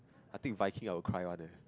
I take Viking I will cry one eh